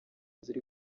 ziri